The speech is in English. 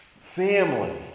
family